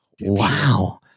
Wow